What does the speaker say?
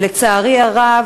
לצערי הרב,